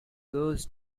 goes